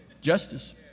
Justice